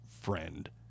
friend